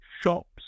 shops